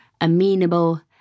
amenable